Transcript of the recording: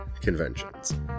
conventions